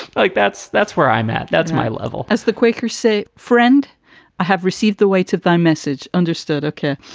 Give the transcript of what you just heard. like that's that's where i'm at. that's my level as the quakers say, friend. i have received the weights of the um message. understood. ok.